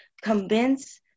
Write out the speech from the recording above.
convince